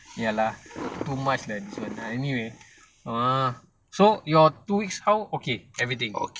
ya lah too much lah this one ah anyway ah so your two weeks how okay everything